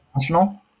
national